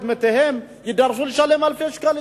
מתיהם יידרשו פתאום לשלם אלפי שקלים.